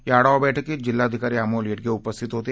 या आढावा बैठकीत जिल्हाधिकारी अमोल येडगे उपस्थित होते